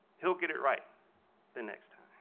he'll get it right the next time.